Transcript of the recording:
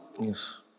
Yes